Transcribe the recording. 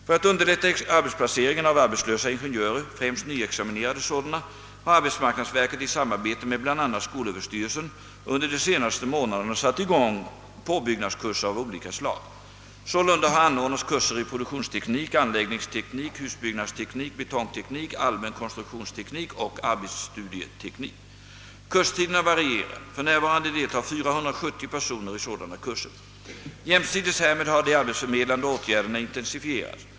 För att underlätta arbetsplaceringen av arbetslösa ingenjörer, främst nyexaminerade sådana, har arbetsmarknadsverket i samarbete med bl.a. skolöverstyrelsen under de senaste månaderna satt i gång påbyggnadskurser av olika slag. Sålunda har anordnats kurser i produktionsteknik, anläggningsteknik, husbyggnadsteknik, betongteknik, allmän konstruktionsteknik och arbetsstudieteknik. Kurstiderna varierar. För närvarande deltar 470 personer i sådana kurser. Jämsides härmed har de arbetsförmedlande åtgärderna intensifierats.